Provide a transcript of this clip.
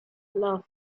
love